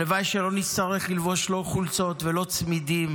הלוואי שלא נצטרך ללבוש לא חולצות ולא צמידים